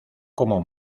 como